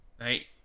right